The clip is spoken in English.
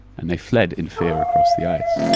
and they fled in fear across the ice.